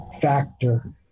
factor